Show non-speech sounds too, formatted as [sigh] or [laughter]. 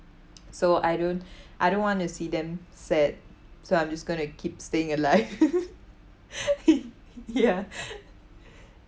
[noise] so I don't [breath] I don't want to see them sad so I'm just going to keep staying alive [laughs] ye~ [laughs] ya [laughs]